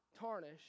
tarnish